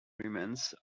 remnants